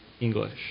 English